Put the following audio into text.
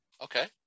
Okay